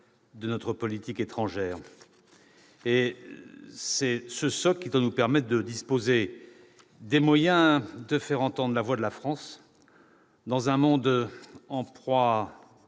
de notre politique étrangère, qui doit nous permettre de disposer des moyens de faire entendre la voix de la France dans un monde en proie